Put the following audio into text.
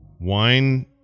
wine